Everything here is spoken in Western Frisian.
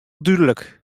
dúdlik